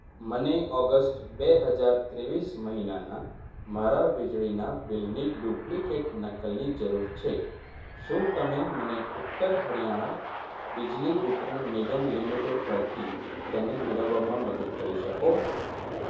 મને ઓગસ્ટ બે હજાર ત્રેવીસ મહિનાના મારા વીજળીના બિલની ડુપ્લિકેટ નકલની જરૂર છે શું તમે મને ઉત્તર હરિયાણા બિજલી વિતરણ નિગમ લિમિટેડ પરથી તેને મેળવવામાં મદદ કરી શકો